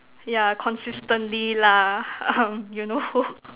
yeah consistently lah um you know